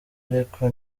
ariko